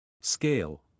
Scale